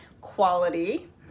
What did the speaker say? quality